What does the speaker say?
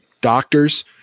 doctors